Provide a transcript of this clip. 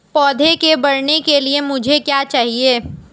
पौधे के बढ़ने के लिए मुझे क्या चाहिए?